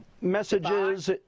messages